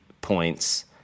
points